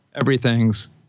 everything's